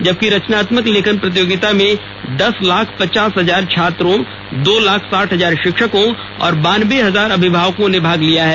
जबकि रचनात्मक लेखन प्रतियोगिता में दस लाख पचास हजार छात्रों दो लाख साठ हजार शिक्षकों और बानबे हजार अभिभावकों ने भाग लिया है